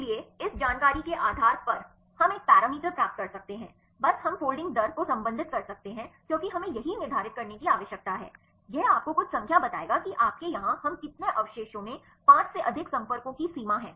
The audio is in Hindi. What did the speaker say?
इसलिए इस जानकारी के आधार पर हम एक पैरामीटर प्राप्त कर सकते हैं बस हम फोल्डिंग दर को संबंधित कर सकते हैं क्योंकि हमें यहीं निर्धारित करने की आवश्यकता है यह आपको कुछ संख्या बताएगा कि आपके यहां हम कितने अवशेषों में 5 से अधिक संपर्कों की सीमा है